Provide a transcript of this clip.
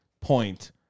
point